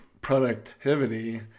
productivity